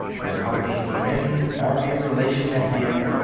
without a friend or a relation at hand,